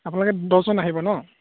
আপোনালোকে দহজন আহিব ন